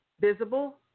visible